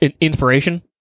inspiration